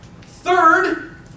Third